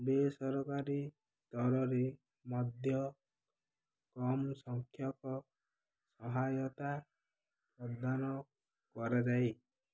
ବେସରକାରୀ ସ୍ତରରେ ମଧ୍ୟ କମ୍ ସଂଖ୍ୟକ ସହାୟତା ପ୍ରଦାନ କରାଯାଏ